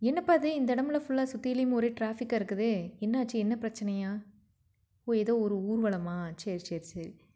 என்னப்பா இது இந்த இடம்லா ஃபுல்லாக சுற்றிலும் ஒரே ட்ராஃபிக்காக இருக்குது என்னாச்சு என்ன பிரச்சனையாம் ஓ ஏதோ ஒரு ஊர்வலமா சரி சரி சரி